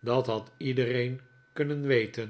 dat had iedereen kunnen weteh